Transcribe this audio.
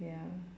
ya